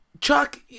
Chuck